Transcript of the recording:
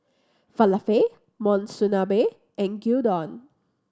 Falafel Monsunabe and Gyudon